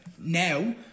now